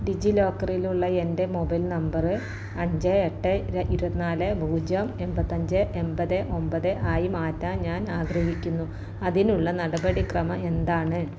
ഡിജി ലോക്കറിലുള്ള എൻ്റെ mobile number അഞ്ച് എട്ട് ഇര് ഇരുപത്തി നാല് പൂജ്യം എൺപത്തഞ്ച് എൺപത് ഒമ്പത് ആയി മാറ്റാൻ ഞാൻ ആഗ്രഹിക്കുന്നു അതിനുള്ള നടപടിക്രമം എന്താണ്